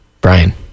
Brian